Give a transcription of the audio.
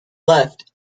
left